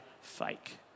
fake